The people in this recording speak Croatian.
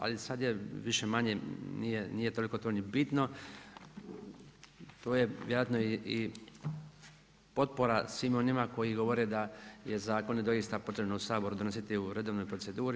Ali sada je više-manje nije toliko to ni bitno, to je vjerojatno i potpora svim onima koji govore da je zakone doista potrebno u Saboru donositi u redovnoj proceduri.